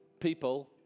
people